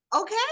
Okay